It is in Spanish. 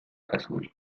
azul